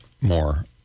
more